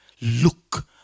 Look